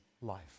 life